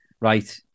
Right